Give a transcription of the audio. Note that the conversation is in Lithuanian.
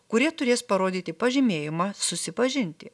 kurie turės parodyti pažymėjimą susipažinti